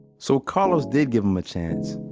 so carlos did give him a chance,